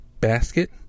basket